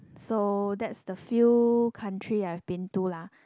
so that's the few country I've been to lah